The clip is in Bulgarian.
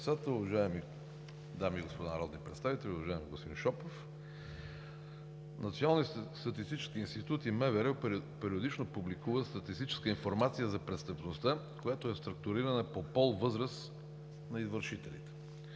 дами и господа народни представители! Уважаеми господин Шопов, Националният статистически институт и МВР периодично публикуват статистическа информация за престъпността, която е структурирана по пол, възраст на извършителите.